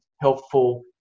helpful